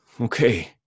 Okay